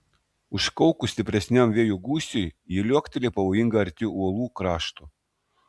užkaukus stipresniam vėjo gūsiui ji liuokteli pavojingai arti uolų krašto